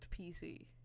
PC